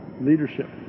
leadership